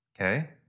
okay